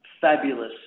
fabulous